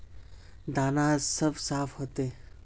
दाना सब साफ होते?